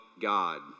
God